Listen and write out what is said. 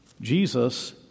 Jesus